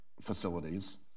facilities